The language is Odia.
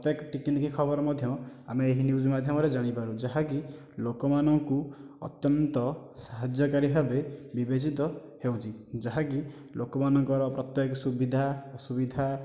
ପ୍ରତ୍ୟେକ ଟିକିନିକି ଖବର ମଧ୍ୟ ଆମେ ଏହି ନ୍ୟୁଜ୍ ମାଧ୍ୟମରେ ଜାଣିପାରୁ ଯାହାକି ଲୋକମାନଙ୍କୁ ଅତ୍ୟନ୍ତ ସାହାଯ୍ୟକାରୀ ଭାବେ ବିବେଚିତ ହେଉଛି ଯାହାକି ଲୋକମାନଙ୍କର ପ୍ରତ୍ୟେକ ସୁବିଧା ଅସୁବିଧା